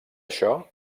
això